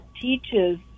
teaches